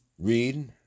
Read